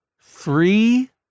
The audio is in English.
three